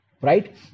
right